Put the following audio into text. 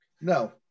no